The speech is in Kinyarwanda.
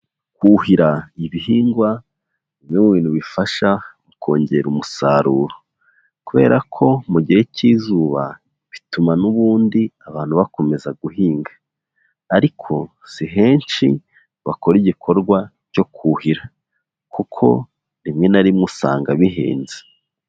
Kuhira ibihingwa bimwe mu bintu bifasha mu kongera umusaruro, kubera ko mu gihe cy'izuba bituma n'ubundi abantu bakomeza guhinga, ariko si henshi bakora igikorwa cyo kuhira kuko rimwe na rimwe usanga bihenze.